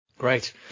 Great